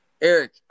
Eric